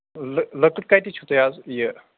لٔ لٔکٕر کَتِچ چھُ تۄہہِ حظ یہِ